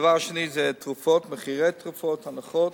הדבר השני זה תרופות, מחירי תרופות, הנחות.